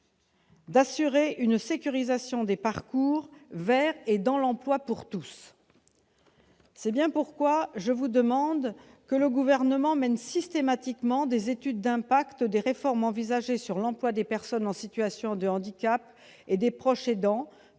d'assurer une sécurisation des parcours vers et dans l'emploi pour tous. Par conséquent, je demande que le Gouvernement mène systématiquement des études d'impact des réformes envisagées sur l'emploi des personnes en situation de handicap et des proches aidants